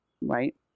Right